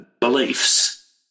beliefs